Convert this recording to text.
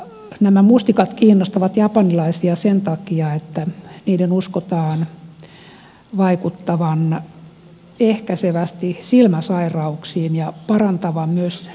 nämä mustikat kiinnostavat japanilaisia sen takia että niiden uskotaan vaikuttavan ehkäisevästi silmäsairauksiin ja parantavan myös silmän hämäränäkökykyä